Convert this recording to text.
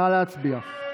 הצבעה.